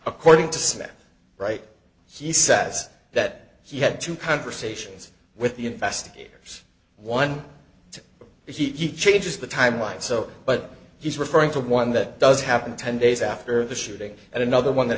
according to some that right he says that he had two conversations with the investigators one he changes the timeline so but he's referring to one that does happen ten days after the shooting and another one that